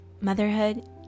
motherhood